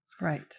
Right